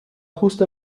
justo